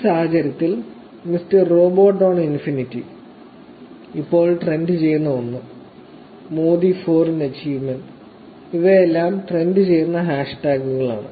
ഈ സാഹചര്യത്തിൽ mister robot on infinity ഇപ്പോൾ ട്രെൻഡുചെയ്യുന്ന ഒന്ന് മോദിഫോറിൻ അച്ചീവ്മെന്റ് ഇവയെല്ലാം ട്രെൻഡുചെയ്യുന്ന ഹാഷ്ടാഗുകളാണ്